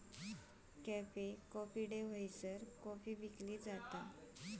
cafe coffee day हयसर coffee विकली जाता